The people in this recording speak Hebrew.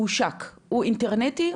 הוא אינטרנטי?